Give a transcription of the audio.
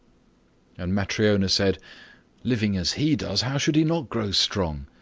and matryona said living as he does, how should he not grow strong?